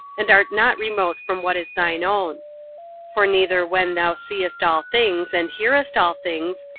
and art not remote from what is thine own for neither when thou seest all things, and hearest all things,